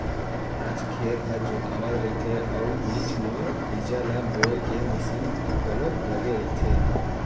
आज खेत ह जोतावत रहिथे अउ उहीच म बीजा ल बोए के मसीन घलोक लगे रहिथे